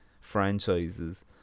franchises